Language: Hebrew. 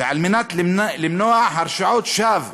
וכדי למנוע הרשעות שווא,